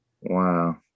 Wow